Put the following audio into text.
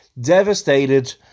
devastated